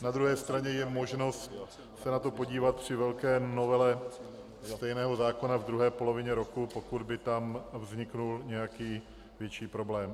Na druhé straně je možnost se na to podívat při velké novele stejného zákona v druhé polovině roku, pokud by tam vznikl nějaký větší problém.